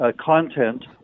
content